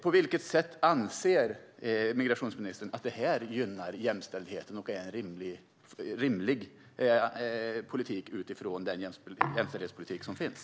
På vilket sätt anser migrationsministern att detta gynnar jämställdheten och är rimligt mot bakgrund av den jämställdhetspolitik som finns?